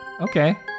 Okay